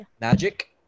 Magic